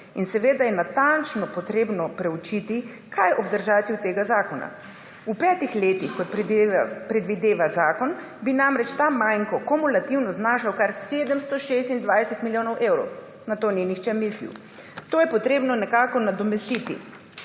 in seveda je potrebno natančno preučiti, kaj obdržati od tega zakona. V petih letih, kot predvideva zakon, bi namreč ta manko kumulativno znašal kar 726 milijonov evrov. Na to ni nihče mislil. To je potrebno nekako nadomestiti,